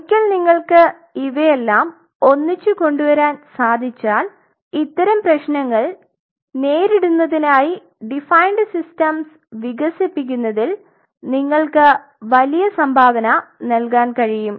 ഒരിക്കൽ നിങ്ങൾക്ക് ഇവയെല്ലാം ഒന്നിച്ചു കൊണ്ടുവരാൻ സാധിച്ചാൽ ഇത്തരം പ്രശ്നങ്ങൾ നേരിടുന്നതിനായി ഡിഫൈൻട് സിസ്റ്റംസ് വികസിപ്പിക്കുന്നതിൽ നിങ്ങൾക്ക് വലിയ സംഭാവന നൽകാൻ കഴിയും